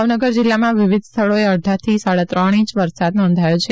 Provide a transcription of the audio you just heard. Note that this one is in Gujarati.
ભાવનગર જિલ્લામાં વિવિધ સ્થળોએ અડધાથી સાડા ત્રણ ઇંચ વરસાદ નોંધાયો છે